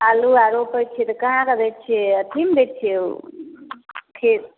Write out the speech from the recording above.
आलू आओर रोपै छियै तऽ कहाँके दै छियै अथीमे दै छियै ओ खेत